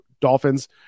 Dolphins